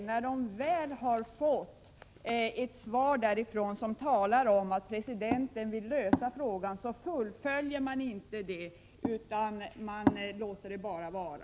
När de väl har fått ett svar i vilket det sägs att presidenten vill lösa frågan, fullföljer man inte detta utan låter det bara vara.